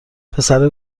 پسره